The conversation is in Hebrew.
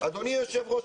אדוני היושב-ראש,